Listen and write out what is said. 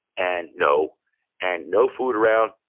and no. and no food around?